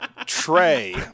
Trey